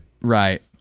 Right